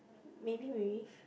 maybe really